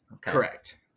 correct